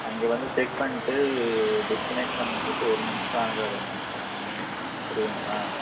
அங்கே வந்து செக் பண்ணிட்டு டிஸ்கனெக்ட் பண்ணுறதுக்கு ஒரு நிமிஷம் ஆகாதுங்க புரியுதுங்களா